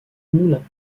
moulins